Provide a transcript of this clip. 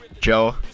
Joe